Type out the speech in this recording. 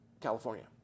California